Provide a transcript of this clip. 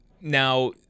Now